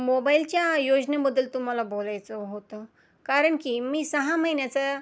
मोबाईलच्या योजनेबद्दल तुम्हाला बोलायचं होतं कारण की मी सहा महिन्याचा